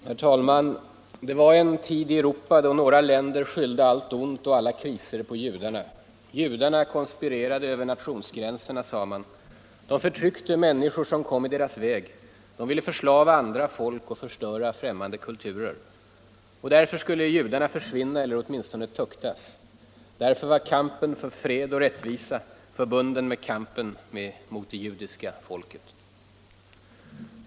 Herr talman! Det var en tid i Europa då några länder skyllde allt ont och alla kriser på judarna. Judarna konspirerade över nationsgränserna, sade man, de förtryckte människor som kom i deras väg, de ville förslava andra folk och förstöra främmande kulturer. Därför skulle judarna försvinna eller åtminstone tuktas. Därför var kampen för fred och rättvisa förbunden med kampen mot det judiska folket.